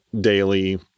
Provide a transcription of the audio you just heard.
daily